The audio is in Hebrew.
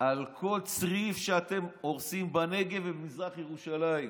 על כל צריף שאתם הורסים בנגב ובמזרח ירושלים.